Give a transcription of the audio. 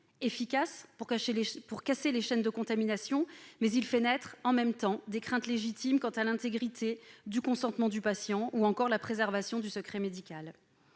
efficace pour casser les chaînes de contamination, mais il fait dans le même temps naître des craintes légitimes quant à l'intégrité du consentement du patient et à la préservation du secret médical.